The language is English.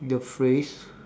the phrase